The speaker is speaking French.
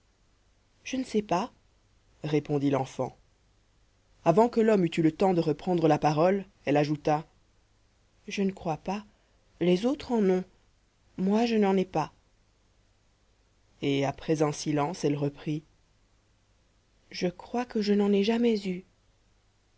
je ne sais pas répondit l'enfant avant que l'homme eût eu le temps de reprendre la parole elle ajouta je ne crois pas les autres en ont moi je n'en ai pas et après un silence elle reprit je crois que je n'en ai jamais eu